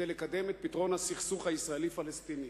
כדי לקדם את פתרון הסכסוך הישראלי-פלסטיני.